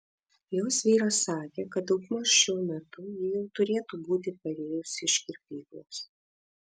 jos vyras sakė kad daugmaž šiuo metu ji jau turėtų būti parėjusi iš kirpyklos